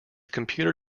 computer